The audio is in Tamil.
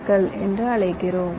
க்கள் என்று அழைக்கிறோம்